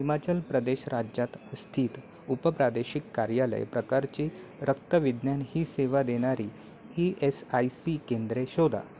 हिमाचल प्रदेश राज्यात स्थित उपप्रादेशिक कार्यालय प्रकारची रक्तविज्ञान ही सेवा देणारी ई एस आय सी केंद्रे शोधा